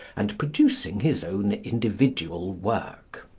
and producing his own individual work.